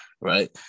Right